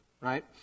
right